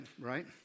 Right